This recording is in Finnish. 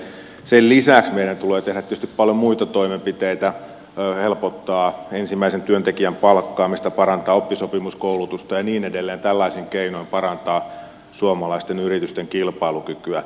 sen lisäksi meidän tulee tehdä tietysti paljon muita toimenpiteitä helpottaa ensimmäisen työntekijän palkkaamista parantaa oppisopimuskoulutusta ja niin edelleen tällaisin keinoin parantaa suomalaisten yritysten kilpailukykyä